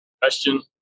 question